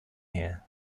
here